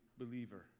believer